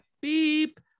beep